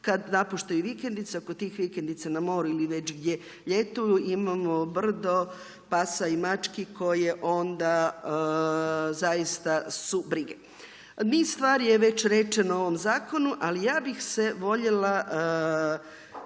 kad napuštaju vikendice. Oko tih vikendica na moru ili već gdje ljetuju imamo brdo pasa i mački koje onda zaista su brige. Niz stvari je već rečeno u ovom zakonu, ali ja bih se voljela